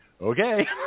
okay